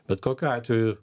bet kokiu atveju